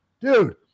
dude